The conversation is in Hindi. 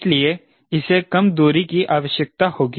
इसलिए इसे कम दूरी की आवश्यकता होगी